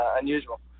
unusual